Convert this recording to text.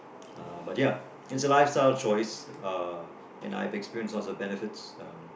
uh ya it is a life style choice uh and I have experience sort of benefits um